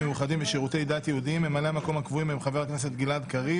ביקשו שיהיו ממלאי מקום קבועים,